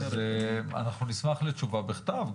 אנחנו נשמח לתשובה בכתב.